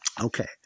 Okay